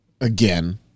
Again